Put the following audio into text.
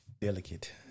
Delicate